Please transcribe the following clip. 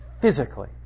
physically